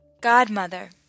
godmother